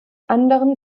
anderen